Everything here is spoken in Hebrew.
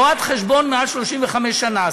רואת-חשבון מעל 35 שנה,